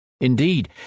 Indeed